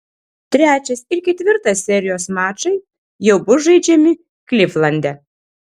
trečias ir ketvirtas serijos mačai jau bus žaidžiami klivlande